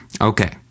Okay